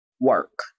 work